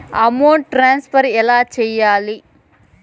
amount transfer ఎలా సేయాలి